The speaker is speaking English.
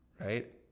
Right